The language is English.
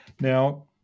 Now